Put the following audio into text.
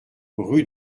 rue